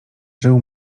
żył